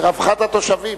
לרווחת התושבים.